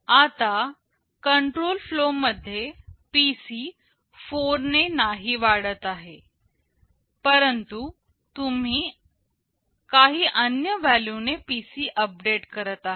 आता control flow मध्ये हा PC 4 ने नाही वाढत आहे परंतु तुम्ही काही अन्य व्हॅल्यू ने PC अपडेट करत आहे